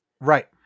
Right